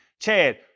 Chad